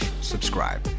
subscribe